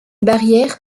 barrière